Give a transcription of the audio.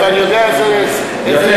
אז אני יודע איזה, יפה.